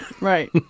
Right